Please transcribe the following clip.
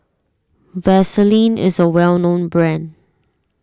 Vaselin is a well known brand